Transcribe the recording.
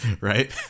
right